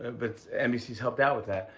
but nbc's helped out with that.